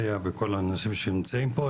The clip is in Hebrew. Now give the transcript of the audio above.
איה וכל האנשים שנמצאים פה.